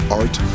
art